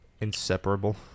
Inseparable